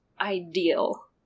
ideal